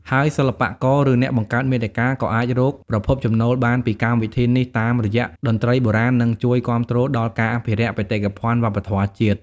ហើយសិល្បករឬអ្នកបង្កើតមាតិកាក៏អាចរកប្រភពចំណូលបានពីកម្មវិធីនេះតាមរយៈតន្ត្រីបុរាណនិង ជួយគាំទ្រដល់ការអភិរក្សបេតិកភណ្ឌវប្បធម៌ជាតិ។